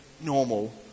normal